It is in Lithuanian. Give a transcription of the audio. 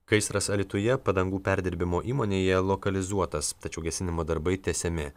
gaisras alytuje padangų perdirbimo įmonėje lokalizuotas tačiau gesinimo darbai tęsiami